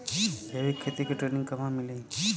जैविक खेती के ट्रेनिग कहवा मिली?